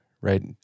right